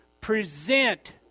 present